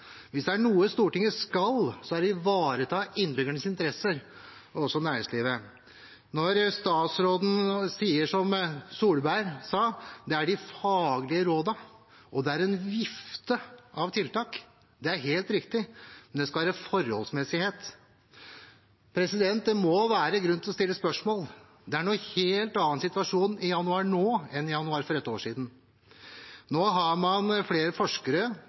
Hvis det er noe Stortinget skal, er det å ivareta innbyggernes interesser – og også næringslivet. Når statsråden sier, som Solberg sa, at det er faglige råd og en vifte med tiltak, er det helt riktig, men det skal være forholdsmessighet. Det må være grunn til å stille spørsmål, for det er en helt annen situasjon nå i januar enn det var i januar for ett år siden. Nå har man flere forskere,